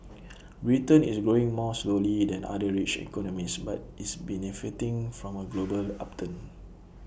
Britain is growing more slowly than other rich economies but is benefiting from A global upturn